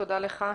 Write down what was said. תודה לך.